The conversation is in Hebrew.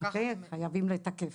חייבים לתקף.